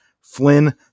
Flynn